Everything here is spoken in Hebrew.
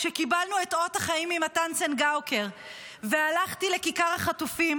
כשקיבלנו את אות החיים ממתן צנגאוקר והלכתי לכיכר החטופים,